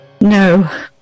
no